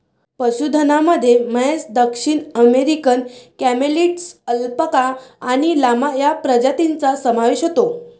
पशुधनामध्ये म्हैस, दक्षिण अमेरिकन कॅमेलिड्स, अल्पाका आणि लामा या प्रजातींचा समावेश होतो